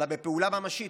אלא בפעולה ממשית,